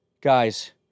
guys